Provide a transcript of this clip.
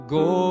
go